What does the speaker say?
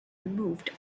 removed